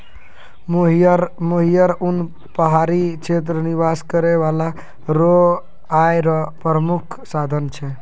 मोहियर उन पहाड़ी क्षेत्र निवास करै बाला रो आय रो प्रामुख साधन छै